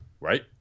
Right